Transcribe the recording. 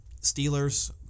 Steelers